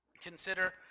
Consider